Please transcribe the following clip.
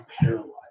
paralyzed